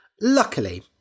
Luckily